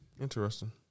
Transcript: Interesting